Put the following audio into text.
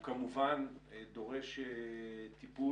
נוער בסיכון זה נושא שדורש טיפול